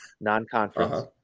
non-conference